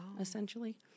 essentially